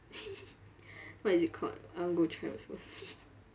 what is it called I want to go try also